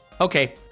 okay